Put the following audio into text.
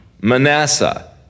Manasseh